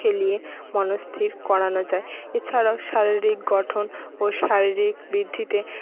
খেলিয়ে মনস্থির করানো যায় এছাড়াও শারীরিক গঠন ও শারীরিক বৃদ্ধিতে